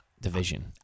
Division